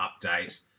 update